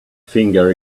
finger